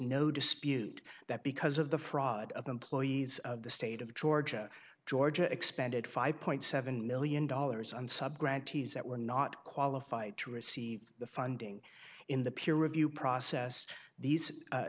no dispute that because of the fraud of employees of the state of georgia georgia expended five point seven million dollars on sub grantees that were not qualified to receive the funding in the peer review process these